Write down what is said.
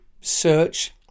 search